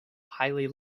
highly